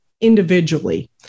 individually